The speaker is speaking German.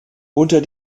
unter